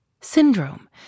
Syndrome